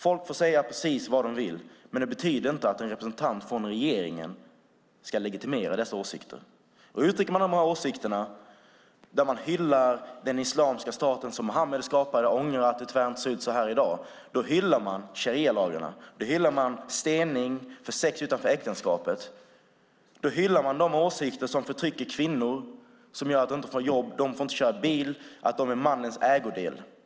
Folk får säga precis vad de vill, men det betyder inte att en representant från regeringen ska legitimera dessa åsikter. Uttrycker man dessa åsikter, där man hyllar den islamiska stat som Muhammed skapade och beklagar att det inte ser ut så här i dag, då hyllar man sharialagarna, då hyllar man stening för sex utanför äktenskapet, då hyllar man de åsikter som förtrycker kvinnor och gör att de inte får jobb, inte får köra bil och är mannens ägodel.